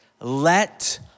let